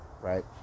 right